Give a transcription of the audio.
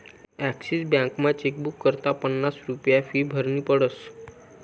Axis बॅकमा chequebook करता पन्नास रुप्या फी भरनी पडस